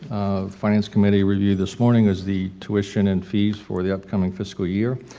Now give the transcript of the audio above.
finance committee review this morning is the tuition and fees for the upcoming fiscal year.